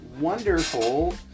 wonderful